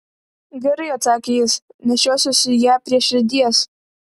gerai atsakė jis nešiosiuosi ją prie širdies